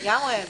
לגמרי.